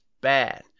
bad